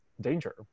danger